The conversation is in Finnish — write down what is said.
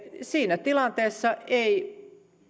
siinä tilanteessa ei